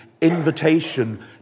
invitation